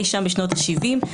אי-שם בשנות ה-70.